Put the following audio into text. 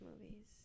movies